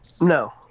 No